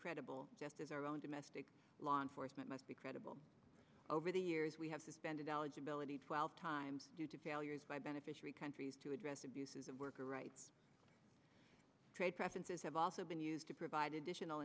credible just as our own domestic law enforcement must be credible over the years we have suspended eligibility twelve times due to failures by beneficiary countries to address abuses of worker rights trade preferences have also been used to provide additional